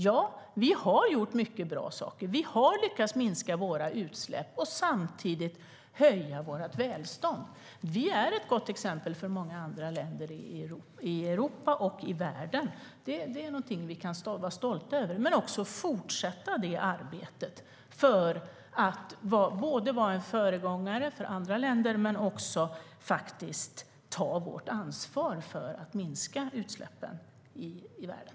Ja, vi har gjort mycket bra saker. Vi har lyckats minska våra utsläpp samtidigt som vi har höjt vårt välstånd. Sverige är ett gott exempel för många andra länder i Europa och i världen. Det är någonting vi kan vara stolta över, men vi ska också fortsätta med det arbetet för att vara en förebild för andra länder och för att ta vårt ansvar för att minska utsläppen i världen.